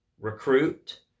recruit